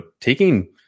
taking